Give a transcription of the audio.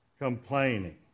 complaining